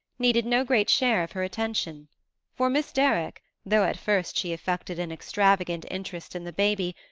needed no great share of her attention for miss derrick, though at first she affected an extravagant interest in the baby,